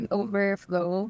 overflow